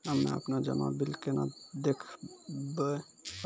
हम्मे आपनौ जमा बिल केना देखबैओ?